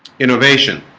innovation